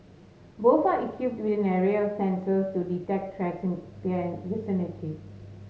both are equipped with an array of sensors to detect threats in their vicinity